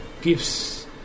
Gifts